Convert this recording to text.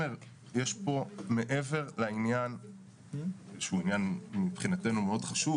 מעבר לעניין שהוא עניין חשוב מאוד מבחינתנו,